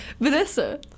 Vanessa